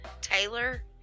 taylor